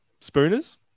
Spooners